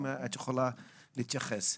אם תוכלי להתייחס.